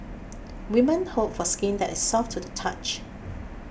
women hope for skin that is soft to the touch